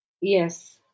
yes